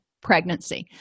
pregnancy